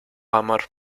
amor